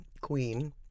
queen